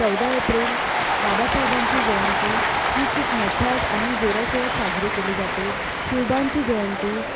चौदा एप्रिल बाबासाहेबांची जयंती ही खूप मोठ्या आणि जोराशोरात साजरी केली जाते शिवबांची जयंती